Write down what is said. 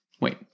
Wait